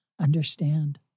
understand